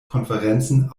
konferenzen